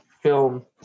film